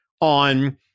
on